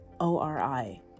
ORI